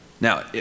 Now